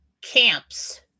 camps